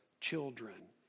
children